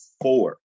four